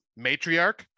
Matriarch